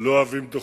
שלא אוהבים דוחות,